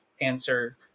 answer